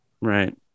Right